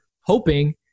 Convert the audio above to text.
hoping